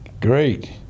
Great